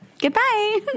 goodbye